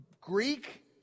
Greek